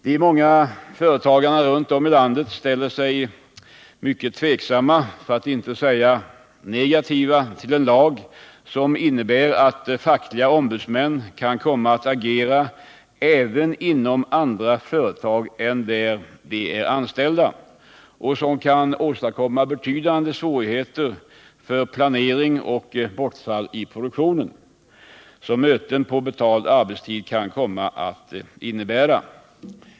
De många företagarna runt om i landet ställer sig mycket tveksamma för att inte säga negativa till en lag som innebär att fackliga ombudsmän kan komma att agera även inom andra företag än de företag där de är anställda och som kan åstadkomma de svårigheter för planeringen och det bortfall i produktionen som möten på betald arbetstid kan innebära.